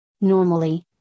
Normally